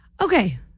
Okay